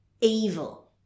evil